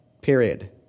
Period